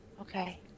Okay